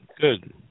Good